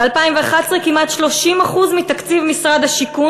ב-2011 כמעט 30% מתקציב משרד השיכון